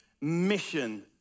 mission